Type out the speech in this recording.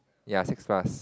ya six plus